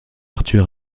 arthur